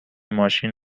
ماشین